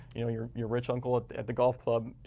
you know your your rich uncle at the at the golf club,